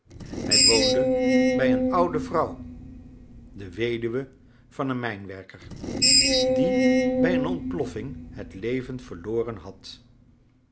hij woonde bij een oude vrouw de weduwe van een mijnwerker die bij een ontploffing het leven verloren had